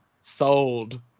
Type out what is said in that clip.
Sold